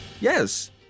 Yes